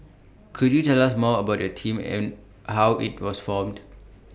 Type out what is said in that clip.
could you tell us more about your team and how IT was formed